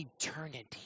eternity